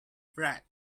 bread